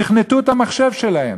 תכנתו את המחשב שלהם.